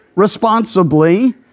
responsibly